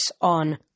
on